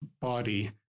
body